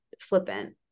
flippant